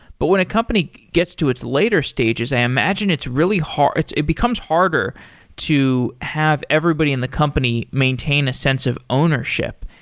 but when a company gets to its later stages, i imagine it's really hard. it becomes harder to have everybody in the company maintain a sense of ownership.